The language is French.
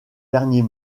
dernier